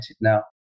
now